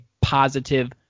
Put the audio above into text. positive